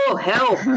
help